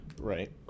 Right